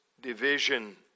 division